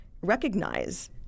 recognize